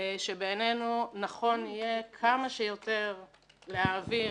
בעינינו נכון יהיה כמה שיותר להעביר